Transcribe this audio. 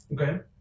Okay